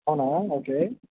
అవునా ఓకే